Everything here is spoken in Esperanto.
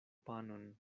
panon